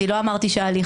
לא אמרתי שההליך לא תקין.